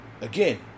Again